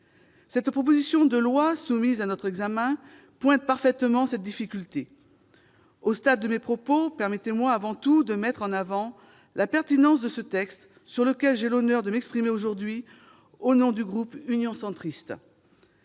La proposition de loi soumise à notre examen pointe parfaitement cette difficulté. À ce stade de mon propos, permettez-moi avant tout de mettre en avant la pertinence de ce texte, sur lequel j'ai l'honneur de m'exprimer aujourd'hui au nom du groupe Union Centriste.